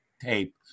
tape